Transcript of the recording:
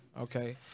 okay